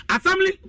Assembly